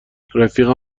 رفیقمو